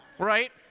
Right